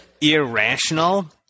irrational